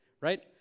right